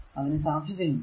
അതിനു സാധ്യത ഉണ്ട്